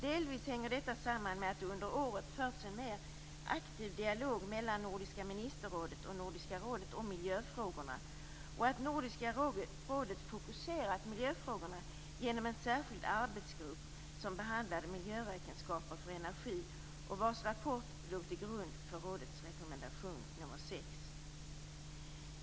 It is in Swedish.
Delvis hänger detta samman med att det under året har förts en mer aktiv dialog mellan Nordiska ministerrådet och Nordiska rådet om miljöfrågorna och att Nordiska rådet har fokuserat miljöfrågorna genom en särskild arbetsgrupp, som behandlade miljöräkenskaper för energi och vars rapport låg till grund för rådets rekommendation nr 6.